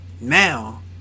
now